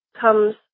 comes